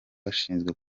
bashinzwe